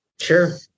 Sure